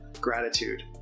gratitude